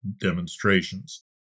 demonstrations